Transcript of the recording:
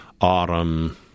autumn